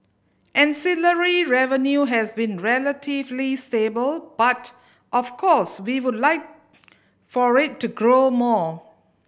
ancillary revenue has been relatively stable but of course we would like for it to grow more